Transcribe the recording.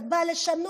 את באה לשנות,